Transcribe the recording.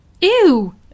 Ew